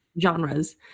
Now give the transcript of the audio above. genres